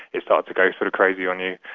it started to go sort of crazy on you.